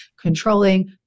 controlling